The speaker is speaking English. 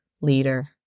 leader